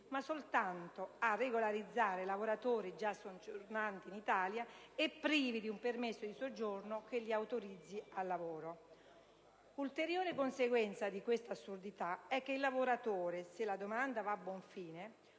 ma soltanto a regolarizzare lavoratori già soggiornanti in Italia e privi di un permesso di soggiorno che li autorizzi al lavoro. Ulteriore conseguenza di questa assurdità è che il lavoratore, se la domanda va a buon fine,